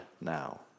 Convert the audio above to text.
now